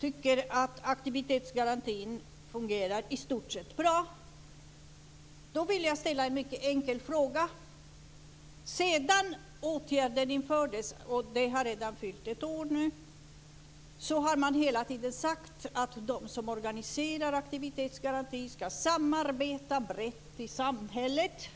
tycker att aktivitetsgarantin fungerar i stort sett bra. Då vill jag ställa en mycket enkel fråga. Sedan åtgärden infördes - och den har redan fyllt ett år - har man hela tiden sagt att de som organiserar aktivitetsgarantin ska samarbeta brett i samhället.